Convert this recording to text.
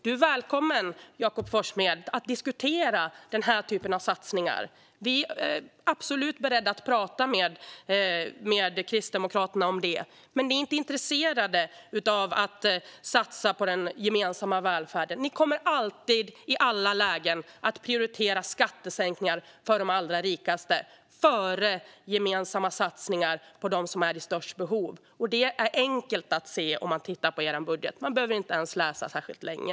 Jakob Forssmed är välkommen att diskutera satsningar som denna. Vi är absolut beredda att tala om det med Kristdemokraterna, men de är inte intresserade av att satsa på den gemensamma välfärden. De kommer alltid och i alla lägen att prioritera skattesänkningar för de allra rikaste före gemensamma satsningar på dem som är i störst behov. Det är enkelt att se detta i er budget. Man behöver inte ens läsa särskilt länge.